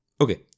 Okay